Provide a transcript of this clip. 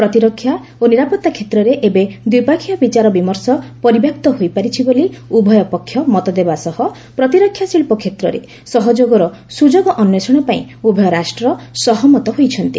ପ୍ରତିରକ୍ଷା ଓ ନିରାପତ୍ତା କ୍ଷେତ୍ରରେ ଏବେ ଦ୍ୱିପକ୍ଷୀୟ ବିଚାର ବିମର୍ଶ ପରିବ୍ୟାପ୍ତ ହୋଇପାରିଛି ବୋଲି ଉଭୟ ପକ୍ଷ ମତ ଦେବା ସହ ପ୍ରତିରକ୍ଷା ଶିଳ୍ପ କ୍ଷେତ୍ରରେ ସହଯୋଗର ସୁଯୋଗ ଅନ୍ୱେଷଣ ପାଇଁ ଉଭୟ ରାଷ୍ଟ୍ର ସହମତ ହୋଇଛନ୍ତି